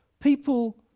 People